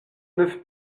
neuf